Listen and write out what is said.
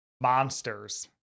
monsters